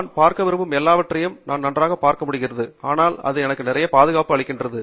நான் பார்க்க விரும்பும் எல்லாவற்றையும் நான் நன்றாகப் பார்க்க முடிகிறது ஆனால் அது எனக்கு நிறைய பாதுகாப்பு அளிக்கிறது